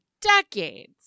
decades